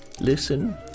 listen